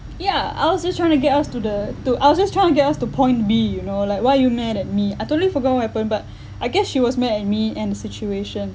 yeah I was just trying to get us to the to I was just trying to get us to point B you know like why are you mad at me I totally forgot what happened but I guess she was mad at me and the situation